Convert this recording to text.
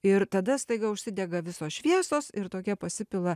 ir tada staiga užsidega visos šviesos ir tokia pasipila